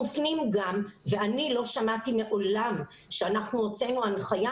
מופנים גם- ואני לא שמעתי מעולם שאנחנו הוצאנו הנחיה